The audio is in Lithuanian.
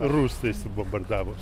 rusai subombardavo